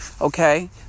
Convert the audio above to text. Okay